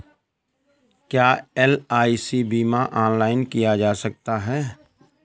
क्या एल.आई.सी बीमा ऑनलाइन किया जा सकता है?